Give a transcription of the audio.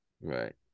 Right